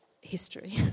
history